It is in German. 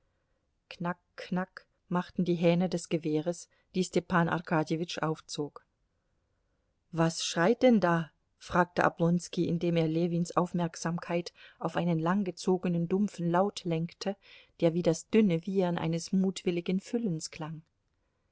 knack knack machten die hähne des gewehres die stepan arkadjewitsch aufzog was schreit denn da fragte oblonski indem er ljewins aufmerksamkeit auf einen langgezogenen dumpfen laut lenkte der wie das dünne wiehern eines mutwilligen füllens klang